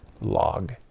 log